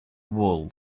wool